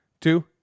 two